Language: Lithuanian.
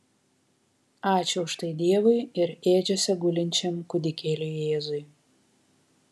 ačiū už tai dievui ir ėdžiose gulinčiam kūdikėliui jėzui